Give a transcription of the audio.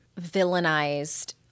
villainized